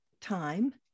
time